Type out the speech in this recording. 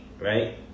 Right